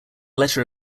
letter